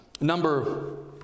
Number